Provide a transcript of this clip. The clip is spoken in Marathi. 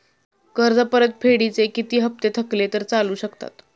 कर्ज परतफेडीचे किती हप्ते थकले तर चालू शकतात?